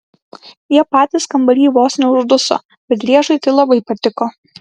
jie patys kambary vos neužduso bet driežui tai labai patiko